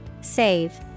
Save